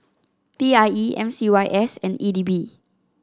P I E M C Y S and E D B